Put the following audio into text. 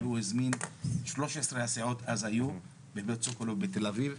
והוא הזמין את 13 הסיעות בבית סוקולוב בתל אביב.